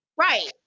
Right